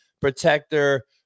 protector